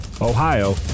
Ohio